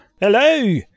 Hello